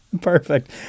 Perfect